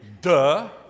Duh